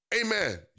Amen